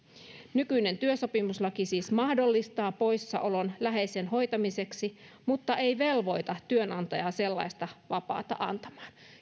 nykyinen työsopimuslaki siis mahdollistaa poissaolon läheisen hoitamiseksi mutta ei velvoita työnantajaa sellaista vapaata antamaan